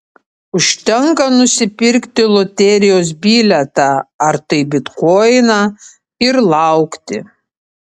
užtenka nusipirkti loterijos bilietą ar tai bitkoiną ir laukti